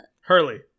Hurley